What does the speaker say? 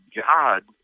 God